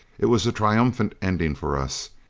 it was a triumphant ending for us,